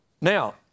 Now